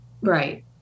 Right